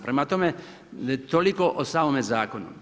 Prema tome, toliko o samome zakonu.